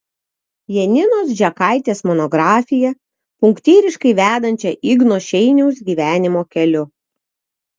janinos žekaitės monografiją punktyriškai vedančią igno šeiniaus gyvenimo keliu